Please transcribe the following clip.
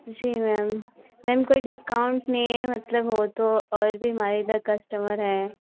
जी ma'am ma'am कोई discount नहीं है मतलब हो तो और भी हमारे इधर कस्टमर है